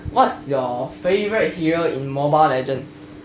what's your favourite hero in mobile legend